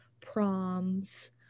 proms